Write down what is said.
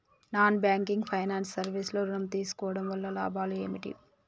Non banking finance service లో ఋణం తీసుకోవడం వల్ల లాభాలు ఏమిటి?